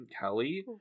kelly